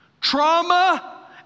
trauma